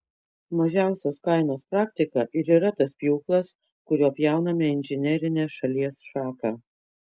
mažiausios kainos praktika ir yra tas pjūklas kuriuo pjauname inžinerinę šalies šaką